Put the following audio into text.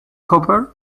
cooper